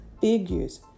figures